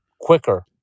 quicker